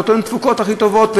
נותנות תפוקות הכי טובות.